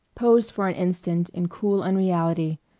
poised for an instant in cool unreality,